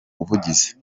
buvugizi